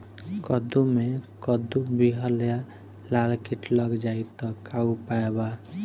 कद्दू मे कद्दू विहल या लाल कीट लग जाइ त का उपाय बा?